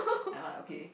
nevermind okay